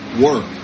work